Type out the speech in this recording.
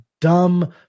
dumb